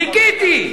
חיכיתי,